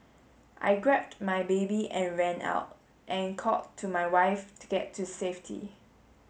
I grabbed my baby and ran out and called to my wife to get to safety